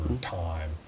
time